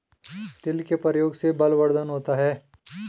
तिल के प्रयोग से बलवर्धन होता है